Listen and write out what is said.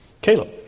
Caleb